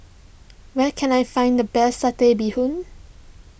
where can I find the best Satay Bee Hoon